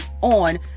on